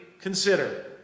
consider